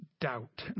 doubt